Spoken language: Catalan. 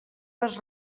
les